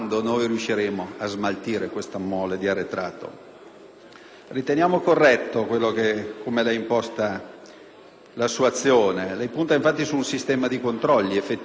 Riteniamo corretto il modo con cui imposta la sua azione; lei punta, infatti, su un sistema di controlli effettivi, cioè ad una verifica della professionalità dei magistrati: